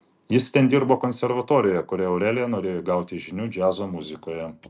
jis ten dirbo konservatorijoje kurioje aurelija norėjo įgauti žinių džiazo muzikoje